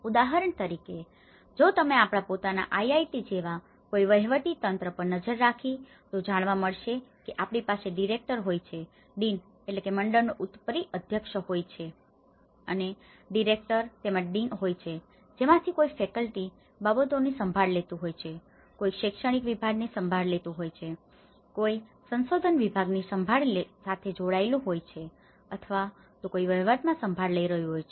ઉદાહરણ તરીકે જો તમે આપણા પોતાના આઈઆઈટી જેવા કોઈ વહીવટી તંત્ર પર નજર નાખી તો જાણવા મળશે કે આપણી પાસે ડિરેક્ટર director સંચાલક હોય છે ડીન dean મંડળનો ઉપરી અધ્યક્ષ હોય છે અને ડિરેક્ટર director સંચાલક તેમજ ડીન dean મંડળનો ઉપરી અધ્યક્ષ હોય છે જેમાંથી કોઈ ફેકલ્ટીની faculty શિક્ષકો બાબતોની સંભાળ લેતું હોય કોઈ શૈક્ષણિક વિભાગની સંભાળ લેતું હોય કોઈ સંશોધન વિભાગની સાથે જોડાયેલું હોય અથવા તો કોઈ વહીવટમાં સંભાળ લઈ રહ્યું હોય છે